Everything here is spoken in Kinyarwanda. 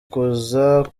kuza